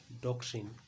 doctrine